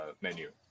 menu